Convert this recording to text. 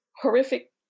horrific